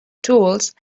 tools